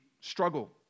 struggle